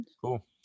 Cool